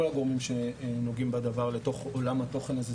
הגורמים שנוגעים בדבר לתוך עולם התוכן הזה.